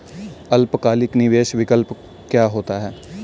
अल्पकालिक निवेश विकल्प क्या होता है?